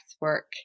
work